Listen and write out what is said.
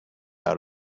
out